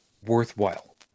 worthwhile